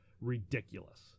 ridiculous